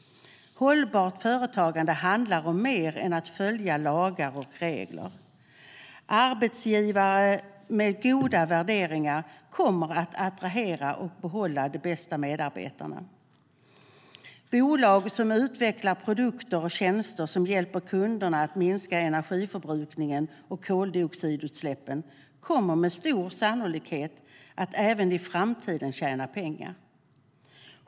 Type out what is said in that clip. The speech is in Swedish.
Hållbart företagande handlar om mer än att följa lagar och regler. Arbetsgivare med goda värderingar kommer att attrahera och behålla de bästa medarbetarna. Bolag som utvecklar produkter och tjänster som hjälper kunderna att minska energiförbrukningen och koldioxidutsläppen kommer med stor sannolikhet att tjäna pengar även i framtiden.